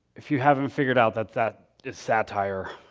if you haven't figured out that that is satire,